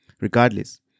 Regardless